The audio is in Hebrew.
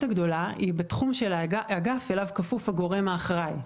הגדולה זה בתחום של האגף אליו כפוף הגורם האחראי.